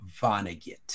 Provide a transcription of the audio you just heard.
Vonnegut